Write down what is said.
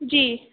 जी